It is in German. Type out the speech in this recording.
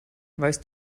weißt